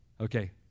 Okay